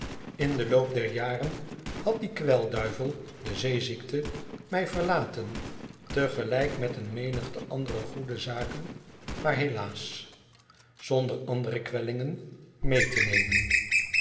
in den loop der jaren had die kwclduivel de zeeziekte mij verlaten tegelijk met een menigte andere goede zaken maar helaas zonder andere kwellingen mee te nemen